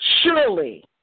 Surely